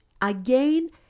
again